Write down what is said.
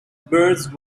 birds